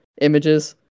images